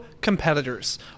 competitors